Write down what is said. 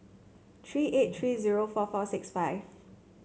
three eight three zero four four six five